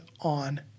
on